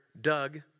Doug